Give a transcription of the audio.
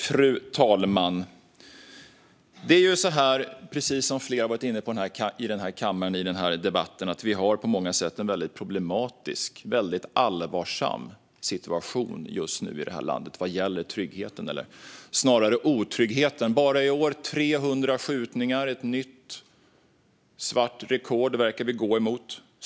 Fru talman! Precis som flera har varit inne på under den här debatten har vi på många sätt just nu en väldigt problematisk och allvarlig situation i landet vad gäller tryggheten eller snarare otryggheten. Bara i år har det varit 300 skjutningar, och vi verkar gå mot ett nytt svart rekord.